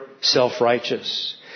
self-righteous